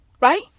right